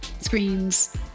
screens